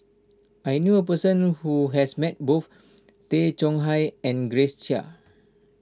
I knew a person who has met both Tay Chong Hai and Grace Chia